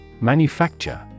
Manufacture